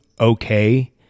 Okay